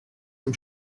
dem